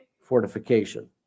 fortification